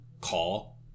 call